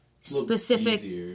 specific